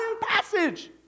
passage